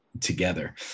together